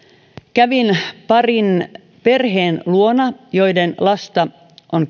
kävin parin perheen luona joiden lasta on